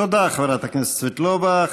תודה, חברת הכנסת סבטלובה.